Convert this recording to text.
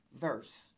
verse